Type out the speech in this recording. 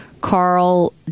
Carl